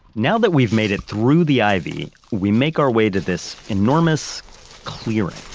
now that we've made it through the ivy, we make our way to this enormous clearing